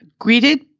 Greeted